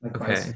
Okay